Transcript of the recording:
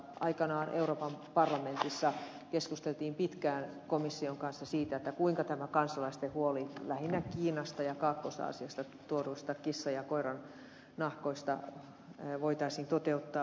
aikanaan euroopan parlamentissa keskusteltiin pitkään komission kanssa siitä kuinka tämä kansalaisten huoli lähinnä kiinasta ja kaakkois aasiasta tuoduista kissan ja koiran nahoista voitaisiin toteuttaa